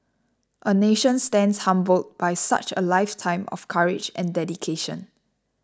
a nation stands humbled by such a lifetime of courage and dedication